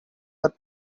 but